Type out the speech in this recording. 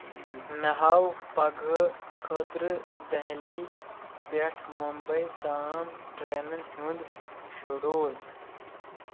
مے ہاو پگہہ خٲطرٕ دہلی پیٹھ ممبئے تام ٹرینن ہُند شیڈول